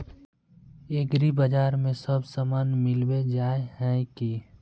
एग्रीबाजार में सब सामान मिलबे जाय है की?